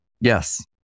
Yes